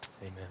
Amen